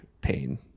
pain